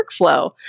workflow